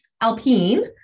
Alpine